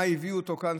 מה הביא אותו לכאן,